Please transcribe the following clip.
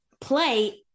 play